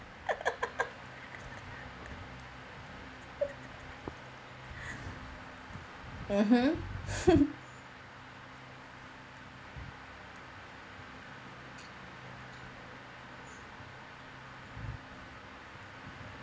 mmhmm